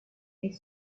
est